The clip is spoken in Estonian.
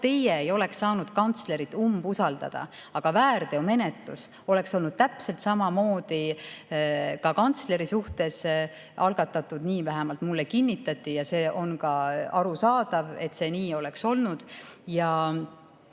teie ei oleks saanud kantslerile umbusaldust avaldada, aga väärteomenetlus oleks olnud täpselt samamoodi ka kantsleri suhtes algatatud. Nii vähemalt mulle kinnitati. Ja see on ka arusaadav, et see nii oleks olnud.